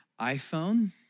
iPhone